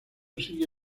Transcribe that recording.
sigue